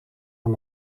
van